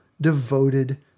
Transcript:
devoted